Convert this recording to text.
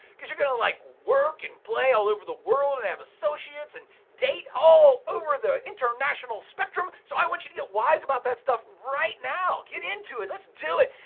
you're gonna like work and play all over the world and have associates and date all over the international spectrum. so i want you to get wise about that stuff right now. get into it, let's do it.